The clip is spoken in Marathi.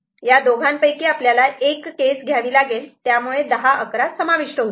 या दोघांपैकी आपल्याला एक केस घ्यावी लागेल त्यामुळे राहिलेले 10 11 समाविष्ट होतील